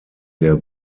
der